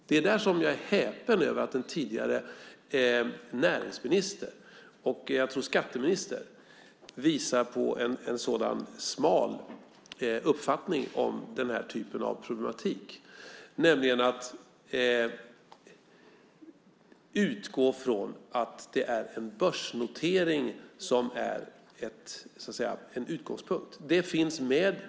Det är där som jag är häpen över att en tidigare näringsminister och, tror jag, skatteminister visar på en sådan smal uppfattning om den här typen av problematik, nämligen att utgå från att det är en börsnotering som är utgångspunkt. Det finns med.